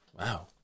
Wow